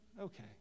Okay